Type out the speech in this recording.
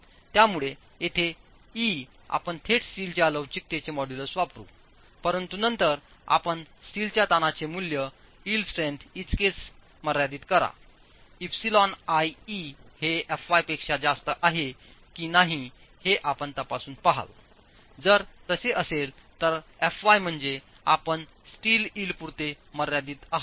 त्यामुळे येथे E आपण थेट स्टीलच्या लवचिकतेचे मॉड्यूलस वापरू परंतु नंतर आपण स्टीलच्या ताणाचे मूल्य इल्ड स्ट्रेंथ इतकेच मर्यादित करा εiE हेfy पेक्षा जास्त आहे की नाही हे आपण तपासून पहाल जर तसे असेल तर fy म्हणजे आपण स्टील इल्ड पुरते मर्यादीत आहात